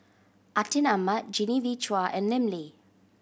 Atin Amat Genevieve Chua and Lim Lee